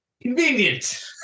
convenient